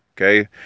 Okay